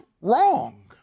wrong